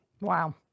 wow